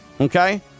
Okay